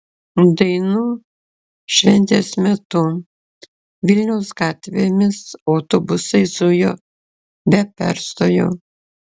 dainų šventės metu vilniaus gatvėmis autobusai zujo be perstojo